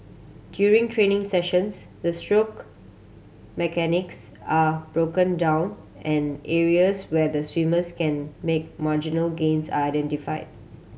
during training sessions the stroke mechanics are broken down and areas where the swimmers can make marginal gains are identify